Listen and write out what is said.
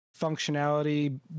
functionality